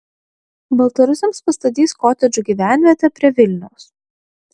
baltarusiams pastatys kotedžų gyvenvietę prie vilniaus